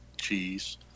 cheese